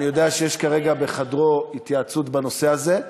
אני יודע שיש כרגע בחדרו התייעצות בנושא הזה.